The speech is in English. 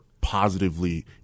positively